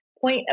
point